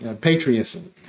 patriotism